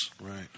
Right